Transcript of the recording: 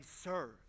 serve